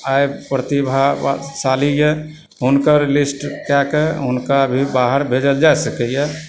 आइ प्रतिभशाली यऽ हुनकर लिस्ट दयके हुनका भी बाहर भेजल जा सकैए